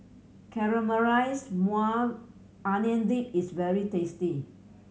Caramelized Maui Onion Dip is very tasty